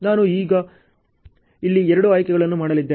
ಈಗ ನಾನು ಇಲ್ಲಿ ಎರಡು ಆಯ್ಕೆಗಳನ್ನು ಮಾಡಲಿದ್ದೇನೆ